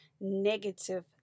negative